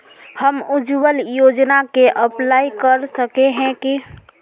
हम उज्वल योजना के अप्लाई कर सके है की?